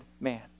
man